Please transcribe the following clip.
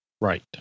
right